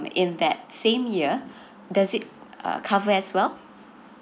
in that same year does it err cover as well